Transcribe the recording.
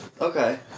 Okay